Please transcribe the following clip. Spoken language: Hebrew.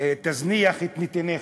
תזניח את נתיניך.